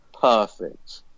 perfect